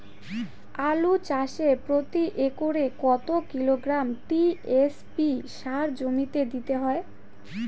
আলু চাষে প্রতি একরে কত কিলোগ্রাম টি.এস.পি সার জমিতে দিতে হয়?